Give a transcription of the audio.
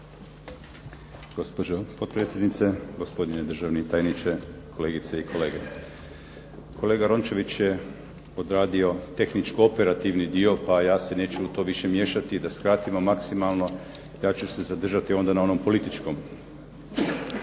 Gospođo potpredsjednice, gospodine državni tajniče, kolegice i kolege. Kolega Rončević je odradio tehničko-operativni dio pa ja se neću u to više miješati da skratimo maksimalno, ja ću se zadržati onda na onom političkom.